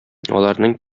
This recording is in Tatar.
аларның